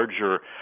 larger